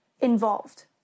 involved